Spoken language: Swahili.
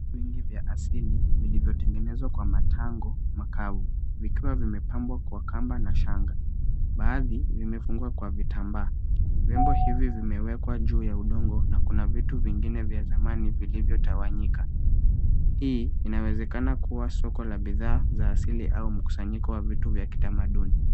Viungu vya asili, vilivyotengenezwa kwa matango makavu, vikiwa vimepangwa kwa kamba na shanga. Baadhi vimefungwa kwa vitambaa. Vyombo hivi vimewekwa juu ya udongo na kuna vitu vingine vya zamani vilivyotawanyika. Hii inawezekana kuwa soko la bidhaa za asili au mkusanyiko wa vitu vya kitamaduni.